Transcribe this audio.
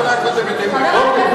חבר הכנסת רותם,